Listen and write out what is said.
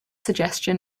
suggestion